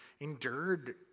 endured